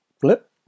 Flip